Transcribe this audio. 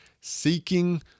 seeking